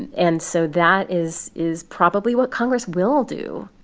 and and so that is is probably what congress will do,